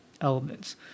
elements